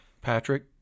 Patrick